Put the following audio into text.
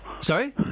Sorry